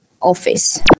office